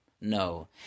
No